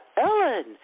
Ellen